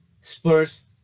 Spurs